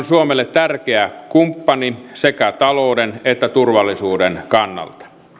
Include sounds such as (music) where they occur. (unintelligible) suomelle tärkeä kumppani sekä talouden että turvallisuuden kannalta